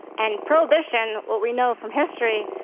and prohibition, what we know from history,